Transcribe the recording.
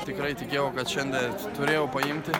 tikrai tikėjau kad šiandie turėjau paimti